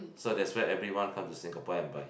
so that's why everyone come to Singapore and buy